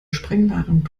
sprengladung